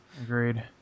Agreed